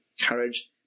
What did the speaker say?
courage